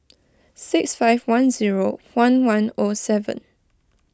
six five one zero one one O seven